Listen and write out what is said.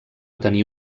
tenir